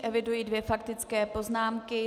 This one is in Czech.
Eviduji dvě faktické poznámky.